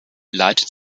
leitet